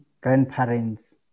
grandparents